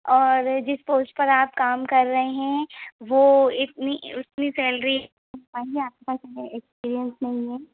और जिस पोस्ट पर आप काम कर रहे हैं वो इतनी इतनी सैलरी एक्सपीरियंस नहीं हैं